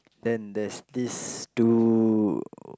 then there is these two